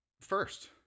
First